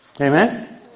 Amen